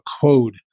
code